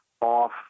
off